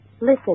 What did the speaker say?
Listen